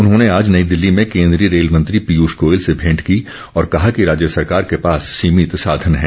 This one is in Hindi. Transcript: उन्होंने आज नई दिल्ली में केन्द्रीय रेल मंत्री पियंष गोयल से मेंट की और कहा कि राज्य सरकार के पास सीमित साधन है